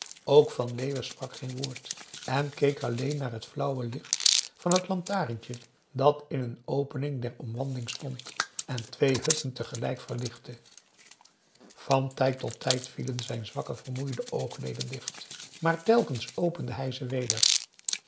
ook van leeuwen sprak geen woord en keek alleen naar het flauwe licht van t lantaarntje dat in een opening der omwanding stond en twee hutten tegelijk verlichtte van tijd tot tijd vielen zijn zwakke vermoeide oogp a daum hoe hij raad van indië werd onder ps maurits leden dicht maar telkens opende hij ze weder